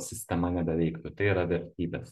sistema nebeveiktų tai yra vertybės